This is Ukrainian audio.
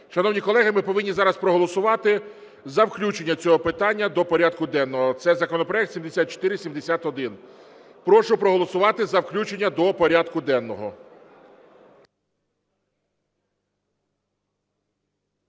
Шановні колеги, ми повинні зараз про голосувати за включення цього питання до порядку денного. Це законопроект 7471. Прошу проголосувати за включення до порядку денного.